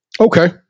Okay